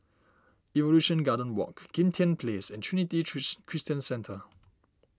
Evolution Garden Walk Kim Tian Place and Trinity Christian Centre